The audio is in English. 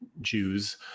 Jews